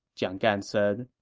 jiang gan said